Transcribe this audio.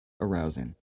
arousing